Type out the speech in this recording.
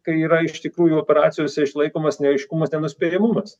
kai yra iš tikrųjų operacijose išlaikomas neaiškumas nenuspėjamumas